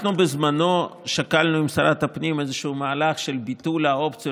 אנחנו בזמנו שקלנו עם שרת הפנים מהלך של ביטוח האופציות